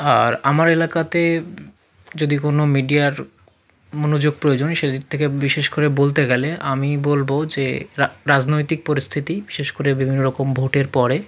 আর আমার এলাকাতে যদি কোনো মিডিয়ার মনোযোগ প্রয়োজনই সেদিক থেকে বিশেষ করে বলতে গেলে আমি বলব যে রাজনৈতিক পরিস্থিতি বিশেষ করে বিভিন্ন রকম ভোটের পরে